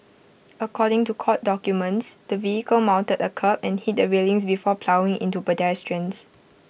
according to court documents the vehicle mounted A kerb and hit the railings before ploughing into pedestrians